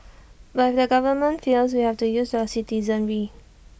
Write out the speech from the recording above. but if the government fails we have to use the citizenry